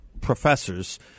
professors